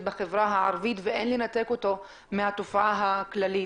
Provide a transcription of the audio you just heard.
בחברה הערבית ואין לנתק אותו מהתופעה הכללית.